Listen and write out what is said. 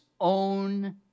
own